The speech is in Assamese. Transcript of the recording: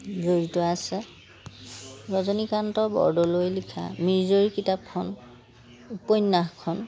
জড়িত আছে ৰজনীকান্ত বৰদলৈয়ে লিখা মিৰি জীয়ৰী কিতাপখন উপন্যাসখন